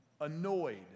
annoyed